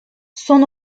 son